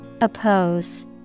Oppose